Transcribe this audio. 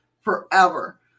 Forever